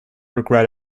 regret